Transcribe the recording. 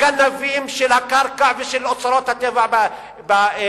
הגנבים של הקרקע ושל אוצרות הטבע בגולן.